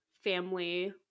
family